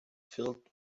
filled